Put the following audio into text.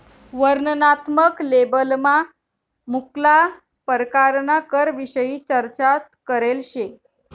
वर्णनात्मक लेबलमा मुक्ला परकारना करविषयी चर्चा करेल शे